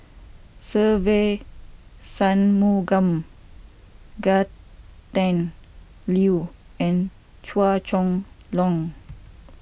Se Ve Shanmugam Gretchen Liu and Chua Chong Long